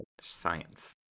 Science